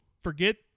forget